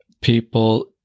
people